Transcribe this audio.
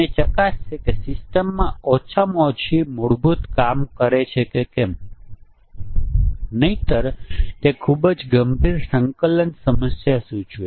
ચાલો હવે સમજવા માટે એક ઉદાહરણ પ્રોગ્રામ જોઈએ આ મોટાભાગની સમસ્યાઓ 2 વે સમસ્યાઓ શા માટે છે